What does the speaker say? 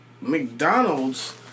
McDonald's